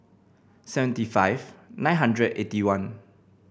seventy five nine hundred eighty one